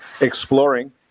exploring